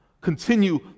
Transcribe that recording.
continue